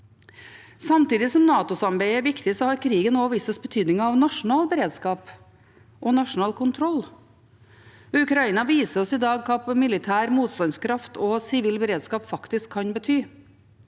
Samtidig som NATO-samarbeidet er viktig, har krigen også vist oss betydningen av nasjonal beredskap og nasjonal kontroll. Ukraina viser oss i dag hva militær motstandskraft og sivil beredskap faktisk kan bety.